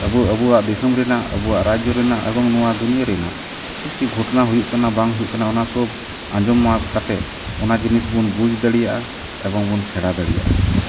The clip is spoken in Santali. ᱟᱵᱚ ᱟᱵᱚᱣᱟᱜ ᱫᱤᱥᱚᱢ ᱨᱮᱱᱟᱜ ᱟᱵᱚᱣᱟᱜ ᱨᱟᱡᱽᱡᱚ ᱨᱮᱱᱟᱜ ᱮᱵᱚᱝ ᱱᱚᱣᱟ ᱫᱩᱱᱤᱭᱟᱹ ᱨᱮᱱᱟᱜ ᱪᱤᱫᱼᱪᱤᱫ ᱜᱷᱚᱴᱚᱱᱟ ᱦᱩᱭᱩᱜ ᱠᱟᱱᱟ ᱵᱟᱝ ᱦᱩᱭᱩᱜ ᱠᱟᱱᱟ ᱚᱱᱟ ᱥᱚᱵᱽ ᱟᱸᱡᱚᱢ ᱠᱟᱛᱮᱫ ᱚᱱᱟ ᱡᱤᱱᱤᱥ ᱵᱚᱱ ᱵᱩᱡᱽ ᱫᱟᱲᱮᱭᱟᱜᱼᱟ ᱮᱵᱚᱝ ᱵᱚᱱ ᱥᱮᱬᱟ ᱫᱟᱲᱮᱭᱟᱜᱼᱟ